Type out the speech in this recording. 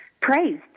praised